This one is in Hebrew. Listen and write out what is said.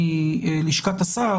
הוא יכול להתייחס לזה.